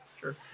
Sure